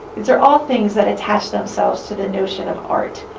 these are all things that attach themselves to the notion of art.